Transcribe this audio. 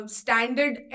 standard